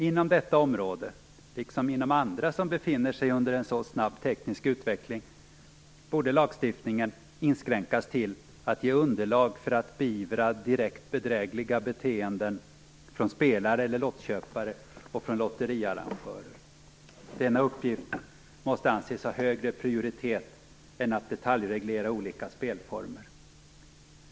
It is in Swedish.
Inom detta område, liksom inom andra områden som befinner sig under en så snabb teknisk utveckling, borde lagstiftningen inskränkas till att ge underlag för att beivra direkt bedrägliga beteenden från spelare eller lottköpare och från lotteriarrangörer. Denna uppgift måste anses ha högre prioritet än att detaljreglera olika spelformer.